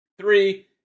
three